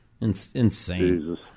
Insane